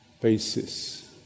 basis